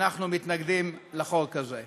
אנחנו מתנגדים לחוק הזה.